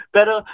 Pero